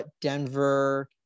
Denver